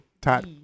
tat